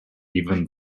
even